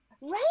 Right